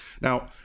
Now